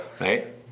Right